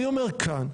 אני אומר כאן,